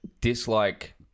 dislike